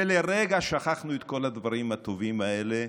ולרגע שכחנו את כל הדברים הטובים האלה,